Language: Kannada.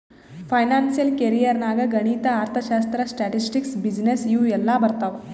ಫೈನಾನ್ಸಿಯಲ್ ಕೆರಿಯರ್ ನಾಗ್ ಗಣಿತ, ಅರ್ಥಶಾಸ್ತ್ರ, ಸ್ಟ್ಯಾಟಿಸ್ಟಿಕ್ಸ್, ಬಿಸಿನ್ನೆಸ್ ಇವು ಎಲ್ಲಾ ಬರ್ತಾವ್